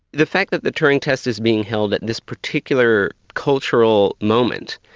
the fact that the turing test is being held at this particular cultural moment,